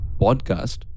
podcast